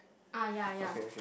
ah ya ya